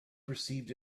perceived